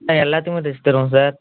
sir எல்லாத்துக்குமே தைச்சித் தருவோம் சார்